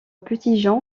petitjean